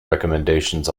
recommendations